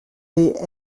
les